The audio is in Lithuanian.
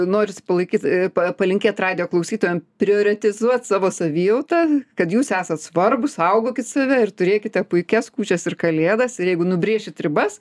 norisi palaikyt a palinkėt radijo klausytojam prioretizuot savo savijautą kad jūs esat svarbūs saugokit save ir turėkite puikias kūčias ir kalėdas ir jeigu nubrėšit ribas